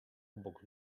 obok